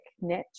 niche